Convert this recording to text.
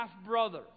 half-brother